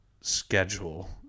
schedule